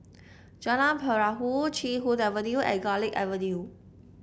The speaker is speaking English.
Jalan Perahu Chee Hoon Avenue and Garlick Avenue